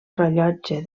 rellotge